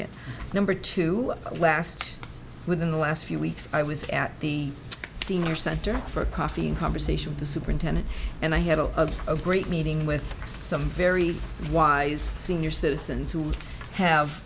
t number two last within the last few weeks i was at the senior center for coffee and conversation with the superintendent and i had a great meeting with some very wise senior citizens who have